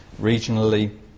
regionally